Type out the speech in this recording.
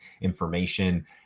information